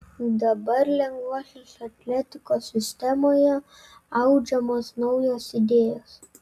dabar lengvosios atletikos sistemoje audžiamos naujos idėjos